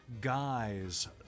guys